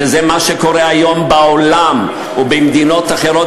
וזה מה שקורה היום בעולם ובמדינות אחרות,